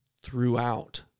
throughout